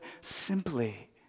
simply